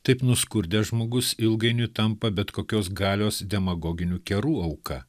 taip nuskurdęs žmogus ilgainiui tampa bet kokios galios demagoginių kerų auka